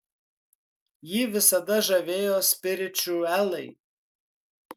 jį visada žavėjo spiričiuelai